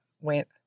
went